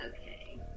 Okay